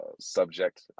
subject